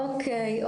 אוקיי.